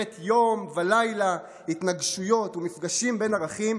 יום ולילה התנגשויות ומפגשים בין ערכים,